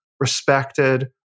Respected